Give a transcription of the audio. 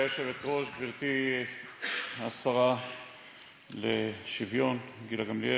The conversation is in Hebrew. גברתי השרה לשוויון חברתי גילה גמליאל,